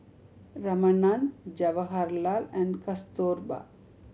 Ramanand Jawaharlal and Kasturba